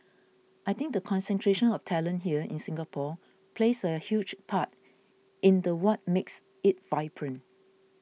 I think the concentration of talent here in Singapore plays a huge part in the what makes it vibrant